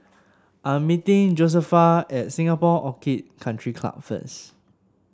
I am meeting Josefa at Singapore Orchid Country Club first